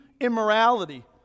immorality